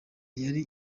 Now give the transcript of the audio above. yari